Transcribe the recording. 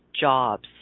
jobs